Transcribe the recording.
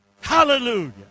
Hallelujah